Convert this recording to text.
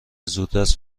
زودرس